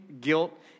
guilt